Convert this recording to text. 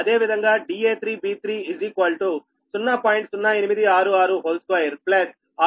08662 6